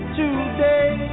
today